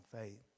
faith